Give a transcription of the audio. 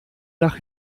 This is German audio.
nach